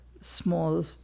small